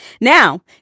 Now